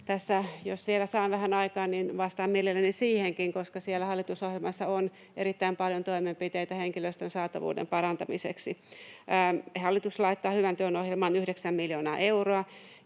tässä vielä saan vähän aikaa, niin vastaan mielelläni siihenkin, koska siellä hallitusohjelmassa on erittäin paljon toimenpiteitä henkilöstön saatavuuden parantamiseksi. Hallitus laittaa hyvän työn ohjelmaan yhdeksän miljoonaa euroa,